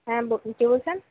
হ্যাঁ বলুন কে বলছেন